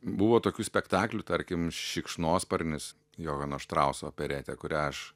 buvo tokių spektaklių tarkim šikšnosparnis johano štrauso operetė kurią aš